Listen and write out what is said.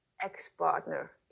ex-partner